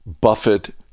Buffett